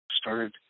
started